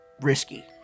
risky